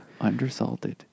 undersalted